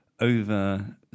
Over